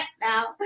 now